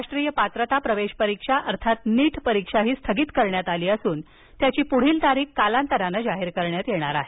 राष्ट्रीय पात्रता प्रवेश परीक्षा अर्थात नीट परीक्षाही स्थगित करण्यात आली असून पुढील तारीख कालांतराने जाहीर करण्यात येणार आहे